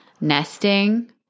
Nesting